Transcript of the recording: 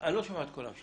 אני לא שומע את קולם של